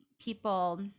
People